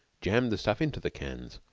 jammed the stuff into the cans,